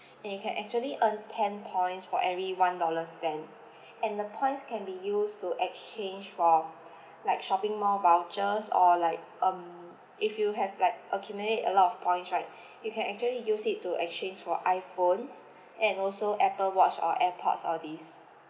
and you can actually earn ten points for every one dollar spend and the points can be used to exchange for like shopping mall vouchers or like um if you have like accumulate a lot of points right you can actually use it to exchange for iphones and also apple watch or airpods all this